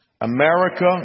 America